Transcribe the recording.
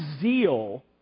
zeal